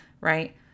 Right